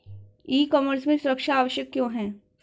ई commerce में सुरक्षा आवश्यक क्यों है?